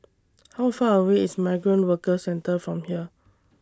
How Far away IS Migrant Workers Centre from here